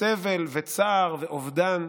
סבל וצער ואובדן.